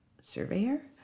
Surveyor